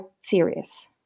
serious